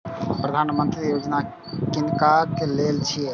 प्रधानमंत्री यौजना किनका लेल छिए?